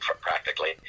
practically